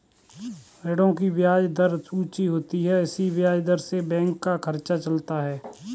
ऋणों की ब्याज दर ऊंची होती है इसी ब्याज से बैंक का खर्चा चलता है